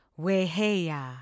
Weheya